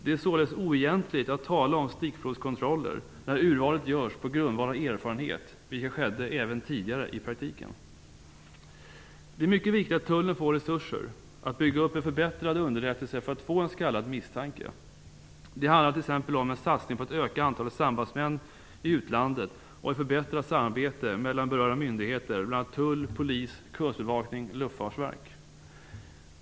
Det är således oegentligt att tala om stickprovskontroller när urvalet görs på grundval av erfarenhet, vilket i praktiken skedde även tidigare. Det är mycket viktigt att tullen får resurser att bygga upp en förbättrad underrättelse för att få en s.k. misstanke. Det handlar t.ex. om en satsning på ett ökat antal sambandsmän i utlandet och ett förbättrat samarbete mellan berörda myndigheter, bl.a. tull, polis, kustbevakning och luftfartsverk.